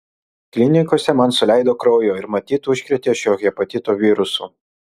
klinikose man suleido kraujo ir matyt užkrėtė šiuo hepatito virusu